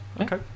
Okay